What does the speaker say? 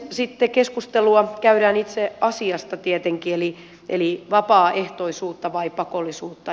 sitten keskustelua käydään itse asiasta tietenkin eli vapaaehtoisuutta vai pakollisuutta